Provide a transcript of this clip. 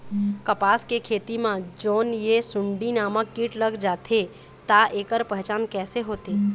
कपास के खेती मा जोन ये सुंडी नामक कीट लग जाथे ता ऐकर पहचान कैसे होथे?